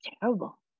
terrible